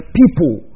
people